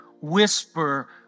whisper